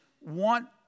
want